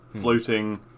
floating